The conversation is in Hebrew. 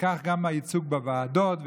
וכך גם הייצוג בוועדות,